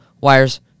wires